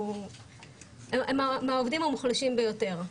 הם מהעובדים המוחלשים ביותר,